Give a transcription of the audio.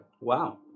Wow